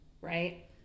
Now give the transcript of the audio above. right